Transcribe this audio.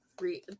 read